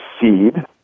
seed